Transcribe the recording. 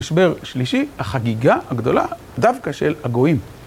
משבר שלישי, החגיגה הגדולה, דווקא של הגויים.